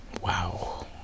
Wow